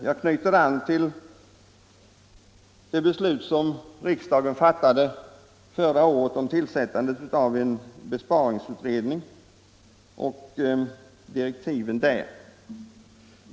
Jag knyter an till det beslut som riksdagen fattade förra året om tillsättandet av en besparingsutredning och direktiven till denna.